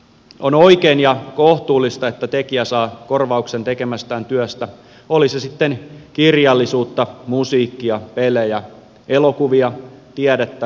on oikein ja kohtuullista että tekijä saa korvauksen tekemästään työstä oli se sitten kirjallisuutta musiikkia pelejä elokuvia tiedettä tai taidetta